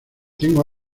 tengo